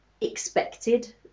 expected